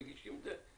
ככה מגישים את זה?